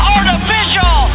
Artificial